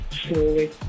slowly